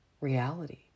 reality